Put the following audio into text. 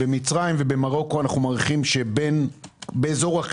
במצרים ובמרוקו אנחנו מעריכים שעלות הייצור